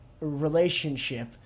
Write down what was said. relationship